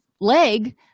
leg